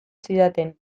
zidaten